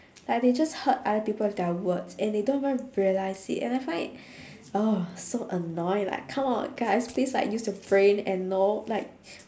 like they just hurt other people with their words and they don't even realise it and I find it oh so annoying like come on guys please like use your brain and you know like